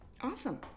Awesome